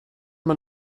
man